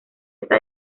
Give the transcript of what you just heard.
está